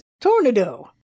Tornado